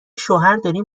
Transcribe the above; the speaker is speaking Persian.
شوهرداریم